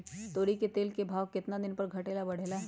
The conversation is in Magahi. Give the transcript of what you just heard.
तोरी के तेल के भाव केतना दिन पर घटे ला बढ़े ला?